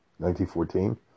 1914